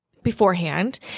beforehand